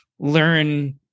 learn